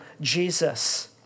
Jesus